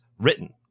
written